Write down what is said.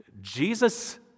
Jesus